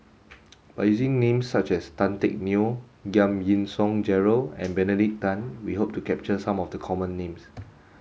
by using names such as Tan Teck Neo Giam Yean Song Gerald and Benedict Tan we hope to capture some of the common names